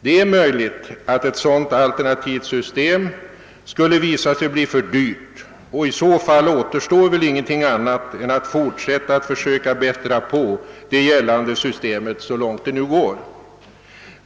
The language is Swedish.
Det är möjligt att ett sådant alternativ skulle visa sig bli för dyrt, och då återstår väl ingenting annat än att fortsätta att försöka bättra på det gällande systemet så långt det går.